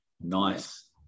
Nice